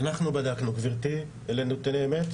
אנחנו בדקנו, גברתי, אלו נתוני אמת.